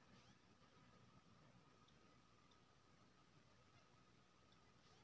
चापि या पानी जमा जगह, गहिरका मे केना धान रोपल जा सकै अछि?